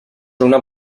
una